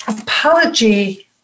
Apology